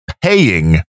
paying